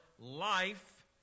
life